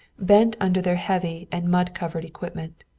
bent under their heavy and mud-covered equipment.